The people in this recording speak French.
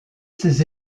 ses